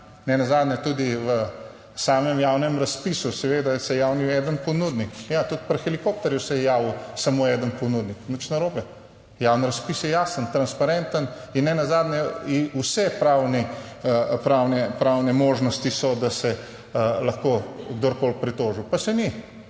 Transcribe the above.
Nenazadnje tudi v samem javnem razpisu, seveda, se je javil eden ponudnik. Ja, tudi pri helikopterju se je javil samo eden ponudnik, nič narobe. Javni razpis je jasen, transparenten in nenazadnje vse pravne možnosti so, da se lahko kdorkoli pritoži, pa se ni.